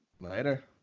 later